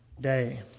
day